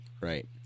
Right